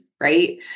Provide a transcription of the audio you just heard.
right